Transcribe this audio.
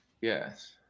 yes